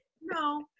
No